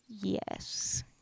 Yes